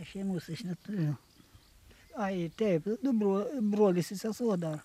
šeimos aš neturiu ai taip nu bro brolis ir sesuo dar